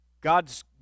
God's